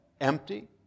empty